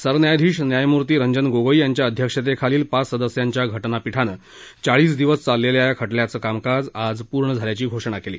सरन्यायाधीश न्यायमूर्ती रंजन गोगोई यांच्या अध्यक्षतेखालील पाच सदस्यांच्या घटनापीठानं चाळीस दिवस चाललेल्या या खटल्याचं कामकाज आज पूर्ण झाल्याची घोषणा केली